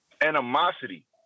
animosity